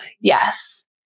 Yes